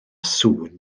sŵn